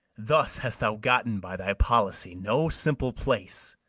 thus hast thou gotten, by thy policy, no simple place,